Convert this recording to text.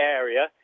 area